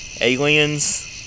aliens